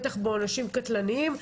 בטח בעונשים קטלניים.